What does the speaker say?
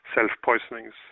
self-poisonings